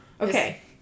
Okay